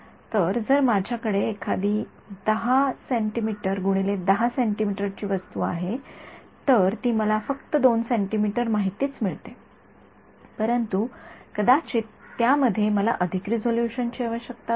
तर जर माझ्याकडे एखादी १0 सीएम x १0 सीएम ची वस्तू आहे तर ती मला फक्त २ सीएम माहितीच मिळते परंतु कदाचित त्यामध्ये मला अधिक रेसोलुशनची आवश्यकता असेल